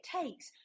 takes